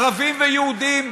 ערבים ויהודים,